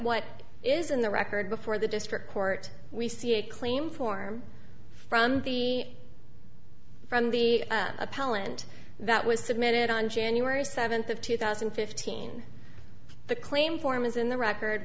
what is in the record before the district court we see a claim form from the from the appellant that was submitted on january seventh of two thousand and fifteen the claim form is in the record